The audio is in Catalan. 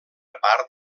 part